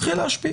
מתחיל להשפיע,